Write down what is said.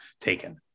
taken